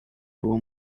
było